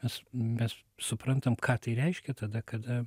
mes mes suprantam ką tai reiškia tada kada